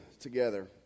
together